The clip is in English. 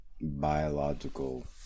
biological